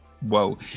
whoa